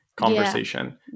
conversation